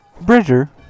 Bridger